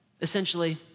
essentially